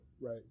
Right